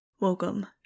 Welcome